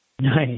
Nice